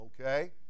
Okay